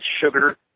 sugar